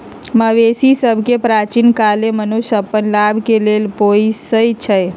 मवेशि सभके प्राचीन काले से मनुष्य अप्पन लाभ के लेल पोसइ छै